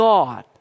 God